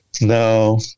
no